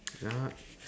ya